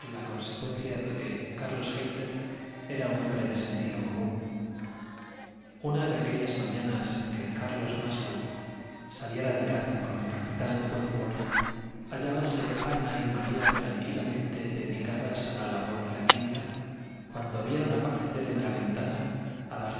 la consecuencia de que carlos hayter era un hombre de sentido común una de aquellas mañanas en que carlos musgrove saliera de caza con el capitán wentwortíi hallábanse ana y maña tranquilamente dedicadas a la labor en la quinta cuando vieron aparecer en la ventana a las